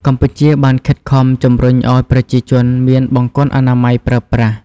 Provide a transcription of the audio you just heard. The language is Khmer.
កម្ពុជាបានខិតខំជំរុញឱ្យប្រជាជនមានបង្គន់អនាម័យប្រើប្រាស់។